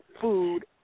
food